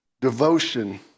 devotion